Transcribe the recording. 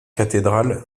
cathédrale